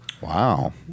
Wow